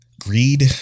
Greed